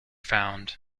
found